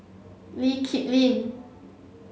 Lee Kip Lin